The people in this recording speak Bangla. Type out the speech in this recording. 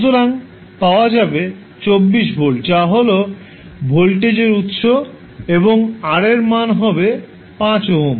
সুতরাং পাওয়া যাবে 24 ভোল্ট যা হল ভোল্টেজ উত্স এবং R এর মান 5 ওহম